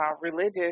religious